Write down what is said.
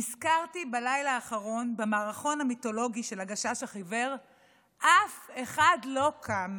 נזכרתי בלילה האחרון במערכון המיתולוגי של הגשש החיוור "אף אחד לא קם".